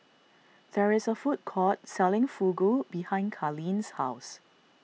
there is a food court selling Fugu behind Carlyn's house